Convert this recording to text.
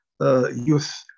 youth